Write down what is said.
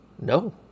No